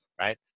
right